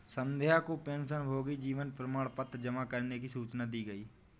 संध्या को पेंशनभोगी जीवन प्रमाण पत्र जमा करने की सूचना दी गई